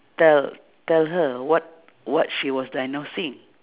tell tell her what what she was diagnosing